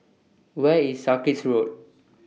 Where IS Sarkies Road